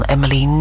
Emily